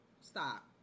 stop